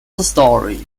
story